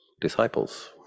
disciples